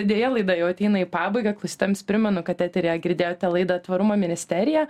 deja laida jau ateina į pabaigą klausytojams primenu kad eteryje girdėjote laidą tvarumo ministerija